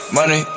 Money